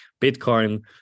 bitcoin